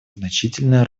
значительная